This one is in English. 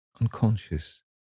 unconscious